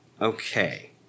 okay